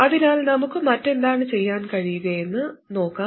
അതിനാൽ നമുക്ക് മറ്റെന്താണ് ചെയ്യാൻ കഴിയുകയെന്ന് നോക്കാം